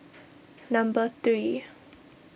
number three